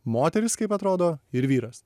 moteris kaip atrodo ir vyras